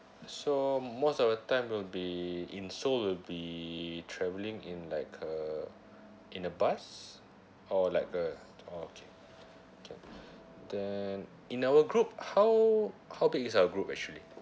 so most of the time we'll be in seoul we'll be travelling in like a in a bus or like the okay okay then in our group how how big is our group actually